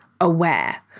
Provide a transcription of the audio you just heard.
aware